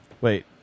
Wait